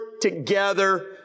together